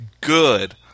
good